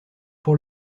pour